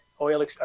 Oil